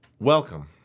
welcome